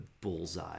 bullseye